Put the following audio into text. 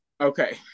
Okay